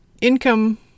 income